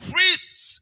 Priests